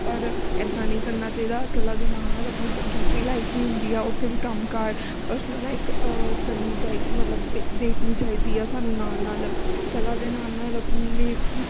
ਪਰ ਇੱਦਾਂ ਨਹੀਂ ਕਰਨਾ ਚਾਹੀਦਾ ਕਲਾ ਦੇ ਨਾਲ ਨਾਲ ਆਪਣੀ ਦੂਸਰੀ ਲਾਈਫ ਵੀ ਹੁੰਦੀ ਆ ਉੱਥੇ ਵੀ ਕੰਮ ਕਾਰ ਪਰਸਨਲ ਲਾਈਫ ਕਰਨੀ ਚਾਹੀ ਮਤਲਬ ਦੇ ਦੇਖਣੀ ਚਾਹੀਦੀ ਆ ਸਾਨੂੰ ਨਾਲ ਨਾਲ ਕਲਾ ਦੇ ਨਾਲ ਨਾਲ ਨੇ